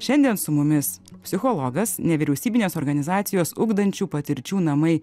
šiandien su mumis psichologas nevyriausybinės organizacijos ugdančių patirčių namai